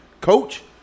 coach